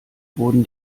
wurden